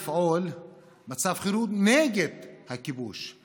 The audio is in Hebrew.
מצב חירום נגד הכיבוש,